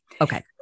Okay